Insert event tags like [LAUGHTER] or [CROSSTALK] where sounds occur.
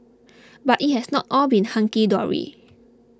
[NOISE] but it has not all been hunky dory